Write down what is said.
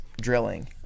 drilling